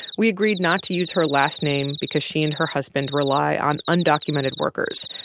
we agreed not to use her last name because she and her husband rely on undocumented workers.